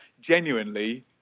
genuinely